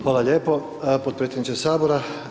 Hvala lijepo podpredsjedniče Sabora.